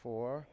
Four